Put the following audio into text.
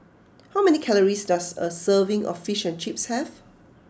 how many calories does a serving of Fish and Chips have